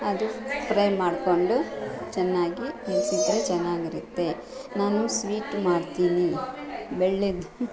ಅದು ಫ್ರೈ ಮಾಡ್ಕೊಂಡು ಚೆನ್ನಾಗಿ ನಿಲ್ಸಿದ್ರೆ ಚೆನ್ನಾಗಿರುತ್ತೆ ನಾನು ಸ್ವೀಟು ಮಾಡ್ತೀನಿ ಬೆಲ್ಲದ್ದು